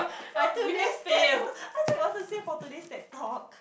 not today's stat I thought it was the same for today Ted Talk